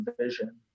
vision